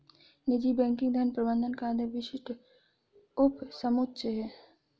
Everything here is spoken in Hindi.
निजी बैंकिंग धन प्रबंधन का अधिक विशिष्ट उपसमुच्चय है